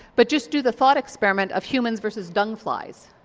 but just do the thought experiment of humans versus dung flies.